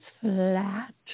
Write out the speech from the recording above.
flat